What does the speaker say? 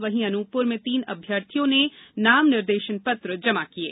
वहीं अनूपपुर में तीन अभ्यर्थीयों ने नाम निर्देशन पत्र जमा किये